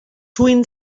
twin